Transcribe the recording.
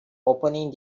opening